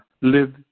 live